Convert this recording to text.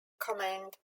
command